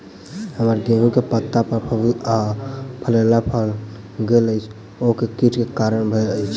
हम्मर गेंहूँ केँ पत्ता पर फफूंद आ फफोला भऽ गेल अछि, ओ केँ कीट केँ कारण भेल अछि?